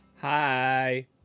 Hi